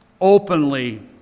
openly